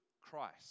Christ